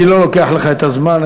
אני לא לוקח לך את הזמן,